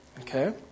Okay